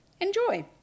enjoy